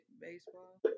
baseball